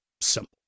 Simple